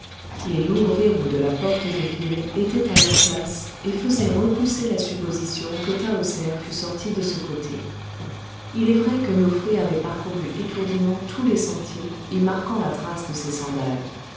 les lourds verrous de la porte de ville étaient à leur place et faisaient repousser la supposition que tahoser fût sortie de ce côté il est vrai que nofré avait parcouru étourdiment tous les sentiers y marquant la trace de ses sandales